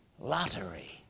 lottery